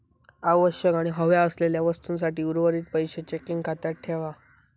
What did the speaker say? आवश्यक आणि हव्या असलेल्या वस्तूंसाठी उर्वरीत पैशे चेकिंग खात्यात ठेवा